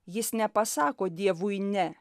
jis nepasako dievui ne